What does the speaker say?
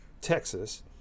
Texas